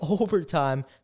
overtime